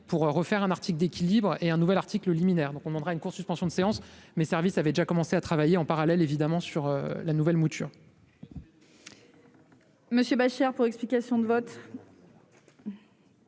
pour refaire un article d'équilibre et un nouvel article liminaire, donc on demandera une courte suspension de séance mais service avait déjà commencé à travailler en parallèle évidemment sur la nouvelle mouture. Monsieur Beuchere pour explications de vote.